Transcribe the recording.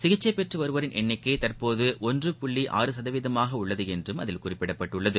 சிகிச்சை பெற்று வருவோரின் எண்ணிக்கை தற்போது ஒன்று புள்ளி ஆறு சதவீதமாக உள்ளது என்றும் அதில் குறிப்பிடப்பட்டுள்ளது